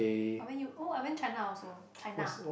I went you oh I went China also China